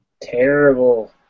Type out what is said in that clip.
Terrible